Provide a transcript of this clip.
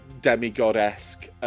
demigod-esque